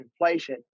inflation